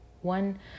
One